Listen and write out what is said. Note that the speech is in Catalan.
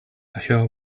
això